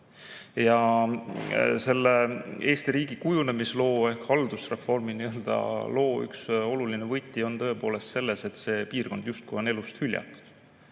Ja selle Eesti riigi kujunemisloo ehk haldusreformi loo üks oluline võti on tõepoolest selles, et see piirkond justkui on elust hüljatud.